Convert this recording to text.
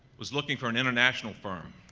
was looking for an international firm,